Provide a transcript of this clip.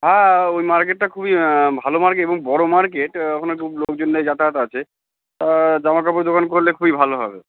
হ্যাঁ ওই মার্কেটটা খুবই ভালো মার্কেট এবং বড় মার্কেট ওখানে খুব লোকজনের যাতায়াত আছে জামাকাপড়ের দোকান করলে খুবই ভালো হবে